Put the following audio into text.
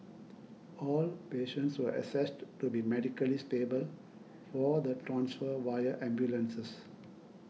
all patients were assessed to be medically stable for the transfer via ambulances